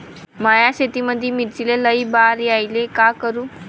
माया शेतामंदी मिर्चीले लई बार यायले का करू?